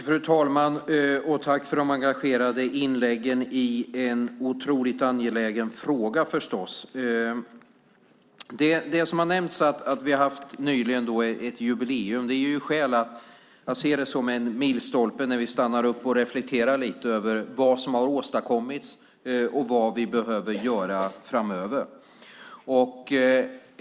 Fru talman! Tack för de engagerade inläggen i en fråga som förstås är otroligt angelägen! Det har nämnts att vi nyligen har haft ett jubileum. Jag ser det som en milstolpe när vi stannar upp och reflekterar lite över vad som har åstadkommits och vad vi behöver göra framöver.